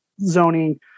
zoning